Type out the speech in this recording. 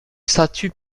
statue